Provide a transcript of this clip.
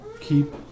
keep